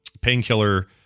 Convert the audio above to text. painkiller